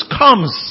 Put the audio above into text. comes